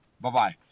Bye-bye